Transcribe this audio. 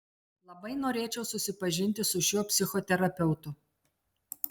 labai norėčiau susipažinti su šiuo psichoterapeutu